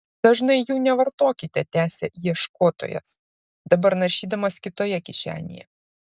dažnai jų nevartokite tęsė ieškotojas dabar naršydamas kitoje kišenėje